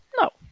No